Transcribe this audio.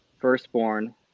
Firstborn